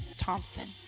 Thompson